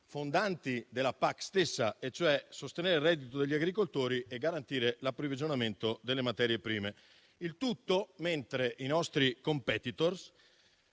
fondanti della PAC stessa, e cioè sostenere il reddito degli agricoltori e garantire l'approvvigionamento delle materie prime. Il tutto mentre i nostri *competitor*,